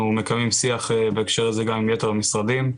מקיימים שיח בהקשר הזה גם עם יתר המשרדים.